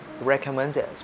recommended